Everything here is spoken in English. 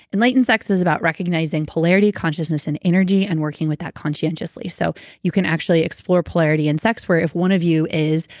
enlightened sex is about recognizing polarity, consciousness and energy and working with that conscientiously. so you can actually explore polarity in sex where if one of you is.